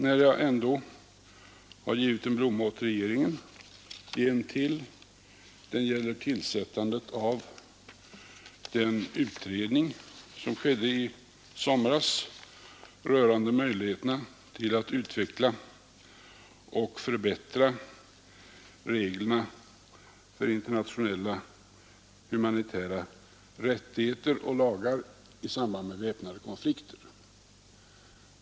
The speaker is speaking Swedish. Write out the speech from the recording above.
När jag nu ändå har givit en blomma åt regeringen kan jag gärna ge en till, som gäller tillsättandet i somras av en utredning rörande möjligheterna att utveckla och förbättra reglerna för internationella humanitära rättigheter och lagar i samband med väpnade konflikter.